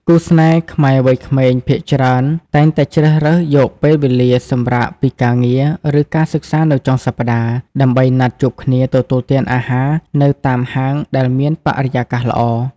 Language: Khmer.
គូស្នេហ៍ខ្មែរវ័យក្មេងភាគច្រើន តែងតែជ្រើសរើសយកពេលវេលាសម្រាកពីការងារ ឬការសិក្សានៅចុងសប្តាហ៍ ដើម្បីណាត់ជួបគ្នាទទួលទានអាហារនៅតាមហាងដែលមានបរិយាកាសល្អ។